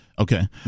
Okay